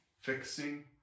Fixing